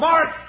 Mark